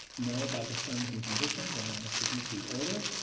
know about the terms and conditions, and i'm going to submit the order.